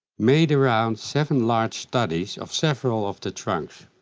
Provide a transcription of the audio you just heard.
made around seven large studies of several of the trunks.